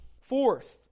Fourth